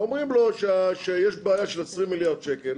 אומרים לו שיש בעיה של 20 מיליארד שקל